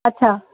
अछा